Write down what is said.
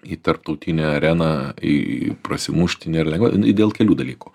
į tarptautinę areną prasimušti nėr lengva dėl kelių dalykų